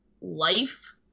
life